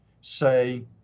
say